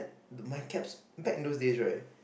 to my caps back in those days right